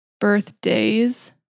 Birthdays